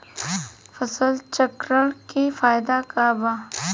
फसल चक्रण के फायदा का बा?